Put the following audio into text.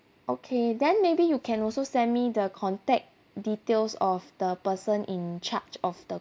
okay then maybe you can also send me the contact details of the person in charge of the